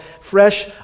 fresh